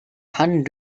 han